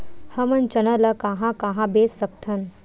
हमन चना ल कहां कहा बेच सकथन?